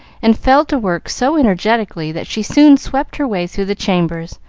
and fell to work so energetically that she soon swept her way through the chambers,